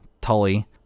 Tully